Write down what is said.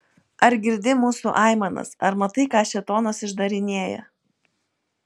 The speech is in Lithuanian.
ar girdi mūsų aimanas ar matai ką šėtonas išdarinėja